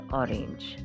orange